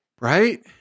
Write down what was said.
right